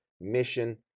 mission